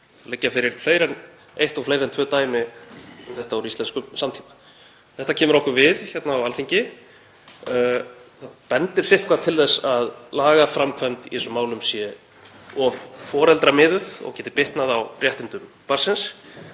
Það liggja fyrir fleiri en eitt og fleiri en tvö dæmi um þetta úr íslenskum samtíma. Þetta kemur okkur við hérna á Alþingi. Það bendir sitthvað til að lagaframkvæmd í þessum málum sé of foreldramiðuð og geti bitnað á réttindum barnsins.